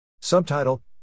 Subtitle